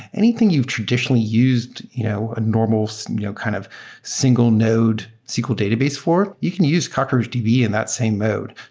anything you've traditionally used you know a normal so you know kind of single node sql database for, you can use cockroachdb in and that same mode.